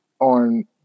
on